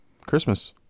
Christmas